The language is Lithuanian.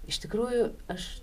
iš tikrųjų aš